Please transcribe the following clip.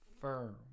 firm